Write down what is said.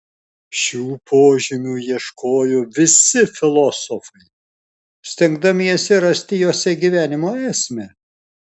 šių požymių ieškojo visi filosofai stengdamiesi rasti juose gyvenimo esmę